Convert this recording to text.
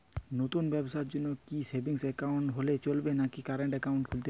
নতুন ব্যবসার জন্যে কি সেভিংস একাউন্ট হলে চলবে নাকি কারেন্ট একাউন্ট খুলতে হবে?